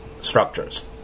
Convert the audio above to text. structures